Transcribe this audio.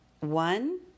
one